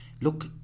look